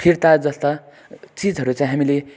फिर्ता जस्ता चिजहरू चाहिँ हामीले